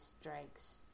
strikes